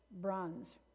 bronze